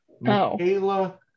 Michaela